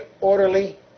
orderly